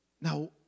Now